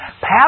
pass